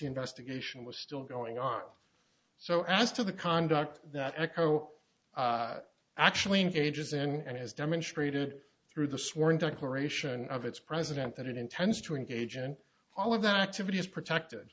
investigation was still going not so as to the conduct that echo actually engages in and has demonstrated through the sworn declaration of its president that it intends to engage in all of that activity is protected